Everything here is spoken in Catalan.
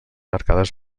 arcades